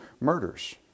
murders